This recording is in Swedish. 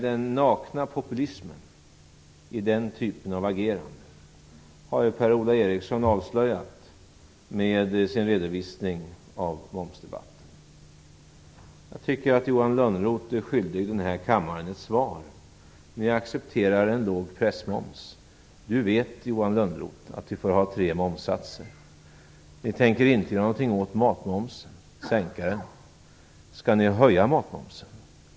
Den nakna populismen i den typen av agerande har Per-Ola Eriksson avslöjat med sin redovisning av momsdebatten. Jag tycker att Johan Lönnroth är skyldig den här kammaren ett svar. Ni accepterar en låg pressmoms. Johan Lönnroth vet att vi får ha tre momssatser. Ni tänker inte göra något åt matmomsen - sänka den. Skall ni höja matmomsen?